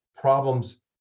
problems